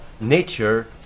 nature